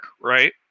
right